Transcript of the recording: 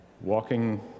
walking